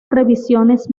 revisiones